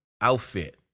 outfit